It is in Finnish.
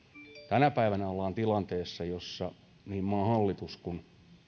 tänä päivänä ollaan tilanteessa jossa niin maan hallitus kuin